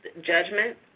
judgment